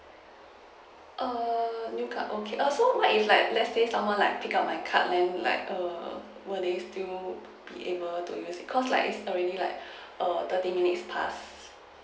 err new card okay err so what if like let's say someone like pick up my card then like err what if you be able to use because like it's already like err thirty minute passed